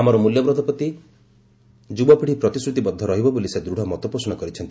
ଆମର ମୂଲ୍ୟବୋଧ ପ୍ରତି ଯୁବପିତ୍ ି ପ୍ରତିଶ୍ରତିବଦ୍ଧ ରହିବ ବୋଲି ସେ ଦୂଢ଼ ମତପୋଷଣ କରିଛନ୍ତି